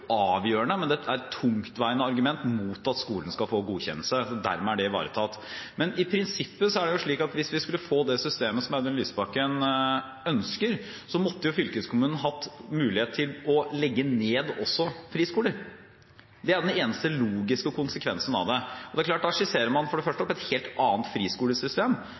avgjørende, men det er et tungtveiende argument mot at skolen skal få godkjennelse, og dermed er det ivaretatt. Men i prinsippet er det slik at hvis vi skulle få det systemet som Audun Lysbakken ønsker, måtte fylkeskommunen hatt mulighet til å legge ned også friskoler. Det er den eneste logiske konsekvensen av det. Det er klart at da skisserer man for det første opp et helt annet friskolesystem